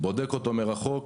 הוא בודק אותו מרחוק,